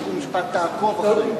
חוק ומשפט תעקוב אחרי,